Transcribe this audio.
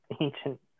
ancient